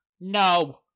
No